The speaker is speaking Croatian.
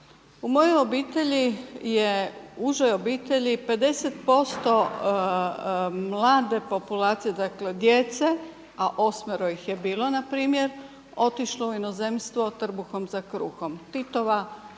U mojoj obitelji je, užoj obitelji je 50% mlade populacije dakle, djece a osmero ih je bilo npr. otišlo u inozemstvo „trbuhom za kruhom“ Titova